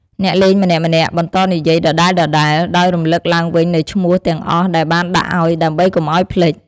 អ្នកលេងម្នាក់ៗបន្តនិយាយដដែលៗ ដោយរំលឹកឡើងវិញនូវឈ្មោះទាំងអស់ដែលបានដាក់អោយដើម្បីកុំអោយភ្លេច។